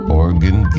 organ